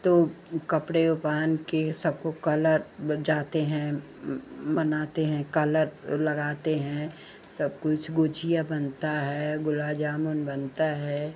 तो कपड़े ओ पहनकर सबको कलर ब जाते हैं मनाते हैं कलर लगाते हैं सब कुछ गुजिया बनता है गुलाब जामुन बनता है